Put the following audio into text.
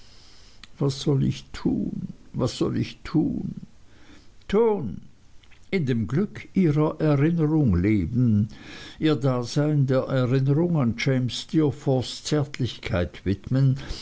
was soll ich tun was soll ich tun tun in dem glück ihrer erinnerung leben ihr dasein der erinnerung an james steerforths zärtlichkeit widmen